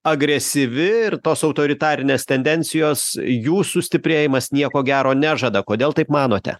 agresyvi ir tos autoritarinės tendencijos jūsų stiprėjimas nieko gero nežada kodėl taip manote